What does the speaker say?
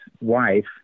wife